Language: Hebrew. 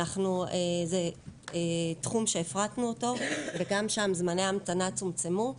זה תחום שהפרטנו אותו וגם שם זמני ההמתנה צומצמו.